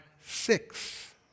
six